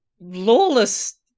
lawless